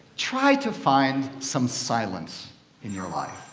try to find some silence in your life.